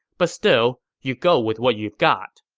but still, you go with what you've got.